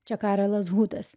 čia karelas hutas